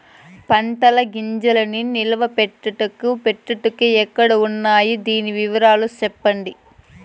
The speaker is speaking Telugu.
పంటల గింజల్ని నిలువ పెట్టేకి పెట్టేకి ఎక్కడ వున్నాయి? దాని వివరాలు సెప్పండి?